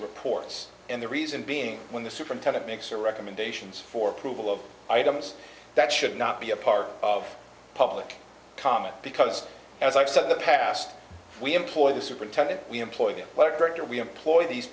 reports and the reason being when the superintendent makes their recommendations for approval of items that should not be a part of public comment because as i've said in the past we employ the superintendent we employ them but director we employ these